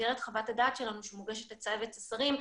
במסגרת חוות הדעת שלנו שמוגשת לצוות השרים,